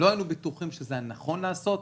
לא היינו בטוחים שזה נכון לעשות.